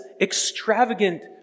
extravagant